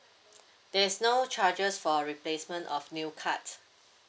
there's no charges for replacement of new cards